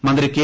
മന്ത്രി കെ